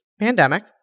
pandemic